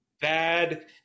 bad